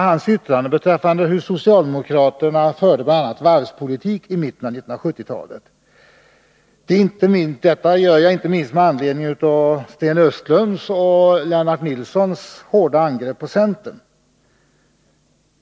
Hans yttranden gällde hur socialdemokraterna förde bl.a. varvspolitik i mitten av 1970-talet. Detta gör jag inte minst med anledning av Sten Östlunds och Lennart Nilssons hårda angrepp på centern.